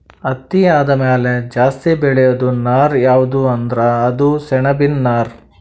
ಹತ್ತಿ ಆದಮ್ಯಾಲ ಜಾಸ್ತಿ ಬೆಳೇದು ನಾರ್ ಯಾವ್ದ್ ಅಂದ್ರ ಅದು ಸೆಣಬಿನ್ ನಾರ್